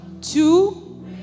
two